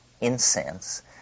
incense